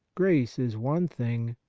grace is one thing,